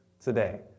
today